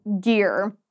gear